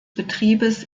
betriebes